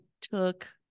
took